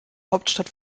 hauptstadt